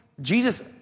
Jesus